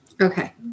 Okay